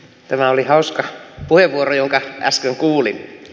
tämä oli hauska puheenvuoro jonka äsken kuulin